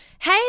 Hey